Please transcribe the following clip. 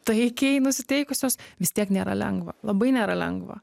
taikiai nusiteikusios vis tiek nėra lengva labai nėra lengva